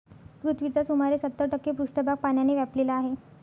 पृथ्वीचा सुमारे सत्तर टक्के पृष्ठभाग पाण्याने व्यापलेला आहे